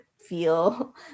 feel